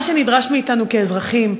מה שנדרש מאתנו כאזרחים,